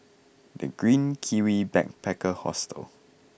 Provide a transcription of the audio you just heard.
The Green Kiwi Backpacker Hostel